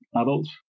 adults